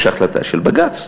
יש החלטה של בג"ץ.